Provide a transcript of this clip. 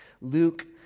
Luke